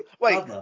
Wait